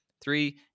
Three